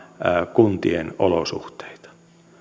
kuntien olosuhteita